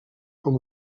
com